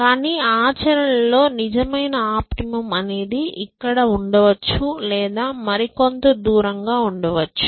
కానీ ఆచరణలో నిజమైన ఆప్టిమమ్ అనేది ఇక్కడ ఉండవచ్చు లేదా మరికొంత దూరంగా ఉండవచ్చు